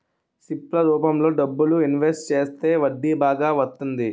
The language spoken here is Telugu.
సిప్ ల రూపంలో డబ్బులు ఇన్వెస్ట్ చేస్తే వడ్డీ బాగా వత్తంది